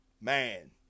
man